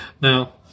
Now